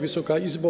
Wysoka Izbo!